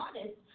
honest